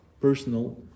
personal